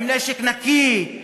עם נשק נקי,